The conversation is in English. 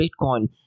bitcoin